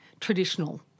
traditional